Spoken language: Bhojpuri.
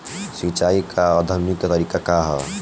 सिंचाई क आधुनिक तरीका का ह?